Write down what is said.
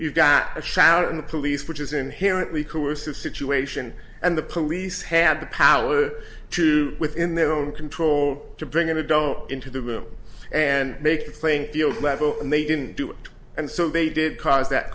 you've got to shout in the police which is inherently coercive situation and the police have the power to within their own control to bring an adult into the room and make the playing field level and they didn't do it and so they did cause that